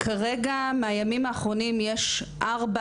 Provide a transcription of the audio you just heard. רק מהימים האחרונים יש ארבע